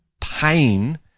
Pain